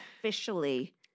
officially